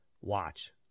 Watch